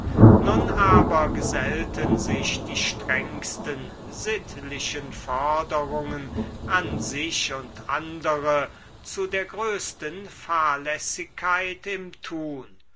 nun aber gesellten sich die strengsten sittlichen forderungen an sich und andere zu der größten fahrlässigkeit im tun